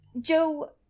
Joe